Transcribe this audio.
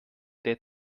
der